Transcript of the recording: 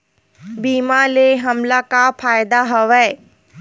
बीमा ले हमला का फ़ायदा हवय?